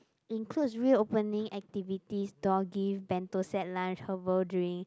includes real opening activities door gift bento set lunch herbal drink